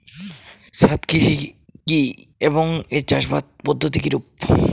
ছাদ কৃষি কী এবং এর চাষাবাদ পদ্ধতি কিরূপ?